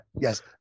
Yes